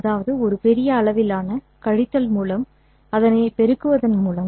அதாவது ஒரு பெரிய அளவிலான கழித்தல் மூலம் அதைப் பெருக்குவதன் மூலம்